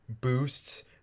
boosts